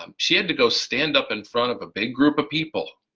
um she had to go stand up in front of a big group of people,